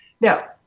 Now